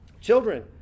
Children